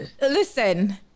listen